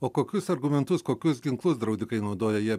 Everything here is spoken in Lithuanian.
o kokius argumentus kokius ginklus draudikai naudoja jie